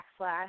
backslash